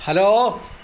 hello